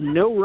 no